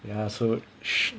ya so shh